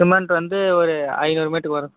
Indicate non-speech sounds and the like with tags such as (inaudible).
cement வந்து ஒரு ஐநூறு (unintelligible) வரும்